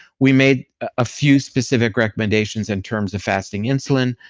we made a few specific recommendations in terms of fasting insulin,